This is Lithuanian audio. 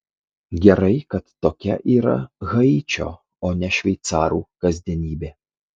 gerai kad tokia yra haičio o ne šveicarų kasdienybė